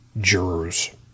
jurors